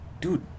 dude